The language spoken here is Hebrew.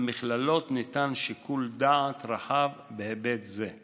למכללות ניתן שיקול דעת רחב בהיבט זה.